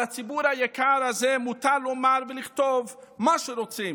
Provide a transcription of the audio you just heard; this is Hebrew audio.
על הציבור היקר הזה מותר לומר ולכתוב מה שרוצים.